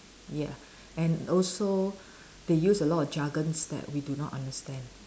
ya and also they use a lot of jargons that we do not understand